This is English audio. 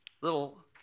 little